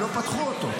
לא פתחו פה.